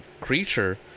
creature